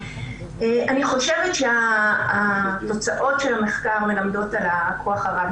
אני חושבת שתוצאות המחקר מלמדות על הכוח הרב